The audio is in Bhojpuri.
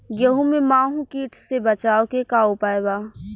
गेहूँ में माहुं किट से बचाव के का उपाय बा?